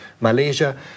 Malaysia